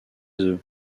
eux